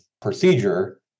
procedure